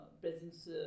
presence